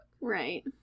Right